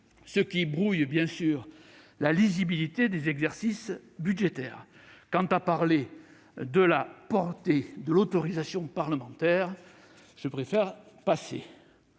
ce qui brouille la lisibilité des exercices budgétaires. Quant à parler de la portée de l'autorisation parlementaire, je préfère passer